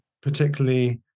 particularly